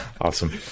Awesome